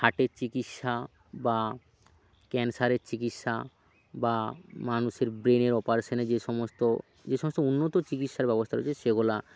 হার্টের চিকিৎসা বা ক্যান্সারের চিকিৎসা বা মানুষের ব্রেনের অপারেশানে যে সমস্ত যে সমস্ত উন্নত চিকিৎসার ব্যবস্থা রয়েছে সেগুলা